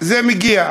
זה מגיע.